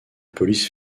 police